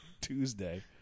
Tuesday